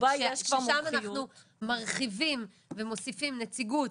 ששם אנחנו מרחיבים ומוסיפים נציגות